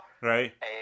Right